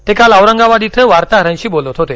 ते काल औरंगाबाद इथं वार्ताहरांशी बोलत होते